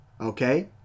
okay